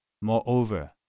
Moreover